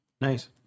Nice